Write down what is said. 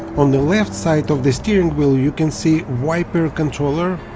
on the left side of the steering wheel you can see wiper controller